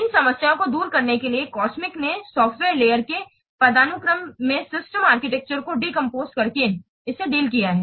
इन समस्याओं को दूर करने के लिए COSMICS ने सॉफ्टवेयर लेयर्स के पदानुक्रम में सिस्टम आर्किटेक्चर को डिकम्पोज करके इसे डील किया है